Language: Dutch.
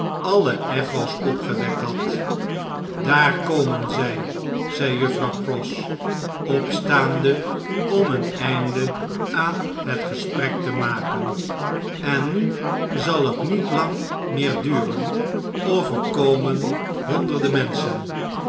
alle echo's opgewekt had daar komen zjj i zei juffrouw pross opstaande om een einde aan het gesprek te maken en nu zal het niet lang meer duren of er komen honderden menschen